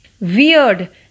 Weird